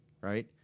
right